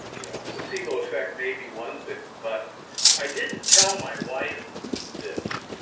you know placebo effect may be one thing, but i didn't tell my wife this.